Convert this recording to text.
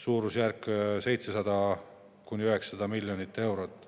suurusjärgus 700–900 miljonit eurot.